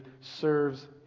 serves